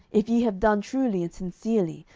if ye have done truly and sincerely,